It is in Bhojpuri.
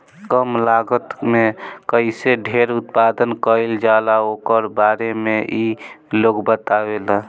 कम लागत में कईसे ढेर उत्पादन कईल जाला ओकरा बारे में इ लोग बतावेला